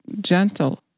gentle